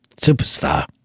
Superstar